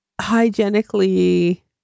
hygienically